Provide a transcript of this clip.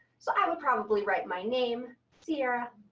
so i would probably write my name sierra,